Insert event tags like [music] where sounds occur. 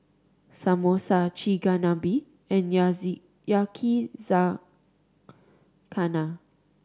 Samosa Chigenabe and [unintelligible] Yakizakana